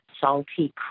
salty